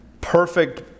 perfect